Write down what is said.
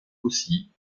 aussi